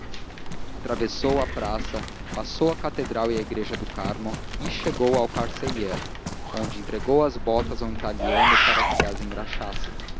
atravessou a praça passou a catedral e a igreja do carmo e chegou ao carceller onde entregou as botas a um italiano para que lhas engraxasse